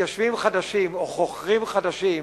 מתיישבים חדשים או חוכרים חדשים,